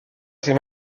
ces